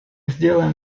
сделаем